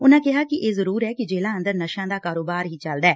ਉਨੂਾ ਕਿਹਾ ਕਿ ਇਹ ਜ਼ਰੂਰ ਐ ਕਿ ਜੇਲੂਾ ਅੰਦਰ ਨਸ਼ਿਆਂ ਦਾ ਕਾਰੋਬਾਰ ਵੀ ਚਲਦੈ